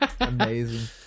Amazing